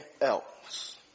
else